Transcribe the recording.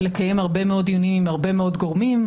נצטרך לקיים הרבה מאוד דיונים עם הרבה מאוד גורמים,